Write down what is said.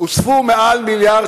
אולי באמת יוזמן מישהו --- מבחינתי,